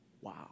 Wow